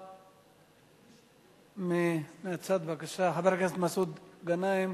עמדה מהצד, בבקשה, חבר הכנסת מסעוד גנאים.